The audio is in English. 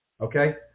okay